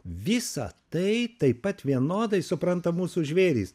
visa tai taip pat vienodai supranta mūsų žvėrys